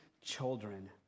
children